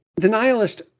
Denialist